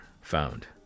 found